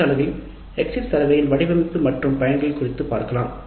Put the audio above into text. அடுத்த பகுதியில் exit survey உடைய வடிவமைப்பு மற்றும் பயன்கள் குறித்து விவாதிக்கலாம்